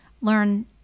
Learn